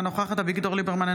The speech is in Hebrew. אינה נוכחת אביגדור ליברמן,